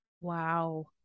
wow